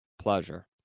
pleasure